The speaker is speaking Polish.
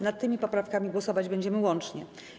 Nad tymi poprawkami głosować będziemy łącznie.